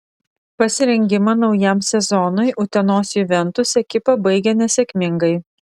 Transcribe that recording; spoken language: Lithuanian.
pasirengimą naujam sezonui utenos juventus ekipa baigė nesėkmingai